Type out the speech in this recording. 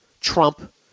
Trump